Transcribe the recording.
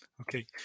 Okay